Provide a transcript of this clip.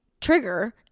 trigger